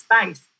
space